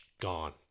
gone